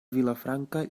vilafranca